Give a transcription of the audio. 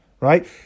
right